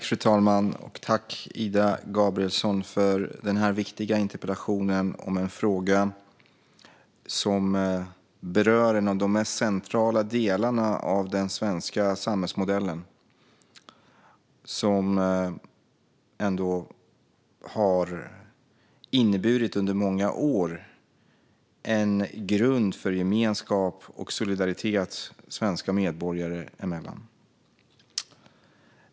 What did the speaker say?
Fru talman! Tack, Ida Gabrielsson, för denna viktiga interpellation! Det är en fråga som berör en av de mest centrala delarna i den svenska samhällsmodellen som under många år ändå har inneburit en grund för gemenskap och solidaritet svenska medborgare emellan.